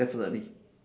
definitely